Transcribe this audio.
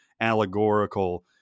allegorical